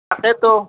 তাকেতো